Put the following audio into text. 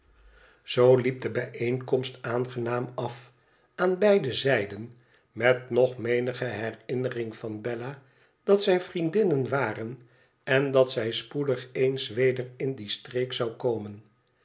zoo liep de bijeenkomst aangenaam af aan beide zijden met nog menige herinnering van bella dat zij vriendinnen waren en dat zij spo dig eens weder in die streek zou komen